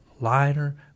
liner